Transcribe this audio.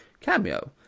cameo